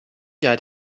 yard